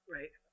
Right